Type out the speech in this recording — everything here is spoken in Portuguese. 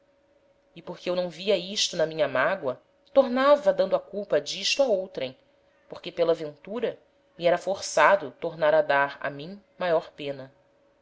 e porque eu não via isto na minha mágoa tornava dando a culpa d'isto a outrem porque pela ventura me era forçado tornar a dar a mim maior pena